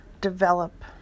develop